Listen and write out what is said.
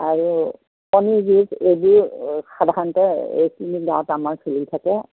আৰু কণীযুঁজ এইবোৰ সাধাৰণতে এইখিনি গাঁৱত আমাৰ চলি থাকে